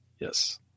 Yes